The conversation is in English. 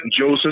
Joseph